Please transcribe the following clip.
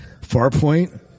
Farpoint